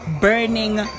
burning